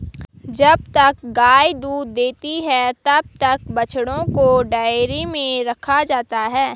जब तक गाय दूध देती है तब तक बछड़ों को डेयरी में रखा जाता है